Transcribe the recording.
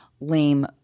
lame